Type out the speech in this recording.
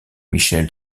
michel